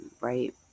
right